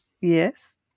Yes